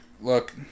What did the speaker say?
look